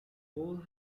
whole